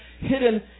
hidden